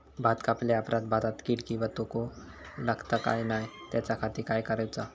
भात कापल्या ऑप्रात भाताक कीड किंवा तोको लगता काम नाय त्याच्या खाती काय करुचा?